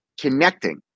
connecting